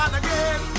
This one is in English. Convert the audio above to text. again